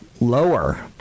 Lower